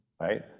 Right